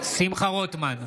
שמחה רוטמן,